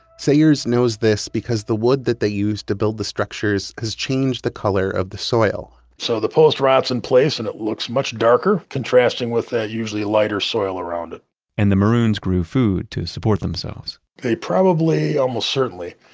sayers knows this because the wood that they used to build the structures has changed the color of the soil so the post rots in place and it looks much darker, contrasting with that usually lighter soil around it and the the maroons grew food to support themselves they probably, almost certainly,